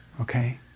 Okay